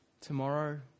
tomorrow